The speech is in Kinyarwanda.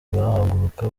bahaguruka